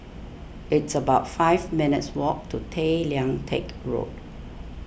it's about five minutes' walk to Tay Lian Teck Road